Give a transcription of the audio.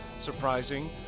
Surprising